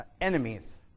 enemies